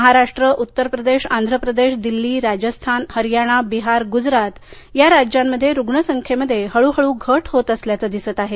महाराष्ट्र उत्तर प्रदेश आंध्र प्रदेश दिल्ली राजस्थान हरियाणा बिहार गुजरात या राज्यामध्ये रुग्णसंख्येमध्ये हळूहळू घट होत असल्याच दिसून येत आहे